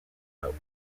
out